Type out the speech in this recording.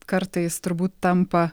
kartais turbūt tampa